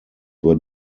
were